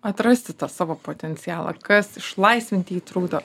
atrasti tą savo potencialą kas išlaisvint jį trukdo